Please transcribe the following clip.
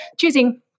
Choosing